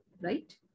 right